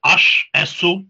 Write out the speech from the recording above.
aš esu